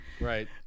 Right